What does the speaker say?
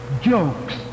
jokes